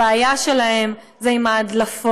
הבעיה שלהם היא עם ההדלפות.